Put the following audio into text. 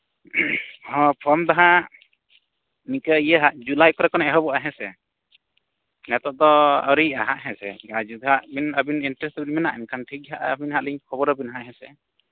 ᱦᱚᱸ ᱯᱷᱳᱱ ᱫᱚ ᱦᱟᱸᱜ ᱤᱱᱠᱟᱹ ᱤᱭᱟᱹ ᱦᱟᱸᱜ ᱡᱩᱞᱟᱭ ᱠᱚᱨᱮ ᱠᱷᱚᱱ ᱮᱦᱚᱵᱚᱜᱼᱟ ᱦᱮᱸᱥᱮ ᱱᱤᱛᱳᱜ ᱫᱚ ᱟ ᱣᱨᱤᱭᱟᱜᱼᱟ ᱦᱟᱸᱜ ᱦᱮᱸᱥᱮ ᱟᱨ ᱡᱩᱫᱤ ᱟᱹᱵᱤᱱᱟᱜ ᱤᱱᱴᱟᱨᱮᱥᱴ ᱦᱮᱱᱟᱜᱼᱟ ᱮᱱᱠᱷᱟᱱ ᱴᱷᱤᱠᱜᱮᱭᱟ ᱦᱟᱸᱜ ᱟᱹᱵᱤᱱ ᱦᱟᱸᱜ ᱞᱤᱧ ᱠᱷᱚᱵᱚᱨᱟᱵᱤᱱᱟ ᱦᱮᱸᱥᱮ